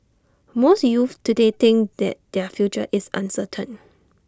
most youths today think that their future is uncertain